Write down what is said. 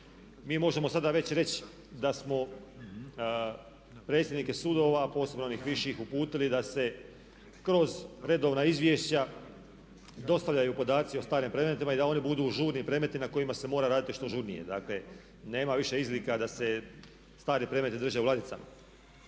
mi možemo sada već reći da smo predsjednike sudova, posebno onih viših, uputili da se kroz redovna izvješća dostavljaju podaci o starim predmetima i da oni budu žurni predmeti na kojima se mora raditi što žurnije. Dakle, nema više izlika da se stari predmeti drže u ladicama.